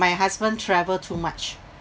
my husband travel too much